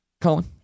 Colin